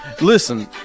Listen